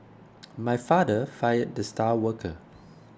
my father fired the star worker